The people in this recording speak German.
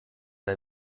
der